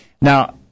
now